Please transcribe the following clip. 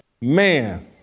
man